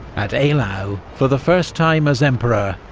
at eylau, for the first time as emperor,